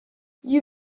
you